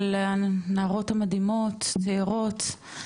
על הנערות המדהימות הצעירות,